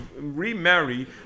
remarry